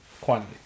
quantity